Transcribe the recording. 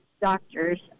doctors